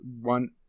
one